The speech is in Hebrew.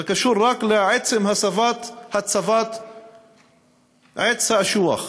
זה קשור רק לעצם הצבת עץ האשוח.